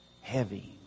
heavy